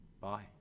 bye